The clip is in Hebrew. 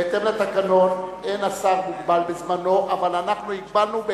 בהתאם לתקנון אין השר מוגבל בזמנו אבל אנחנו הגבלנו,